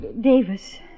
Davis